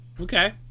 Okay